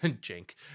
Jink